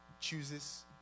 chooses